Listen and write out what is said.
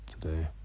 today